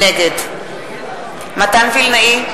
נגד מתן וילנאי,